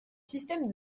système